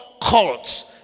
cults